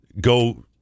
go